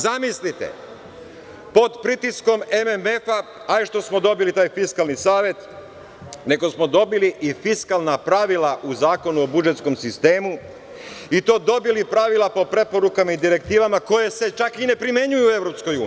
Zamislite, pod pritiskom MMF, hajde što smo dobili taj Fiskalni savet, nego smo dobili i fiskalna pravila u Zakonu o budžetskom sistemu, i to dobili pravila po preporukama i direktivama koje se čak i ne primenjuju u EU.